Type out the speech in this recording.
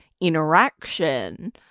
interaction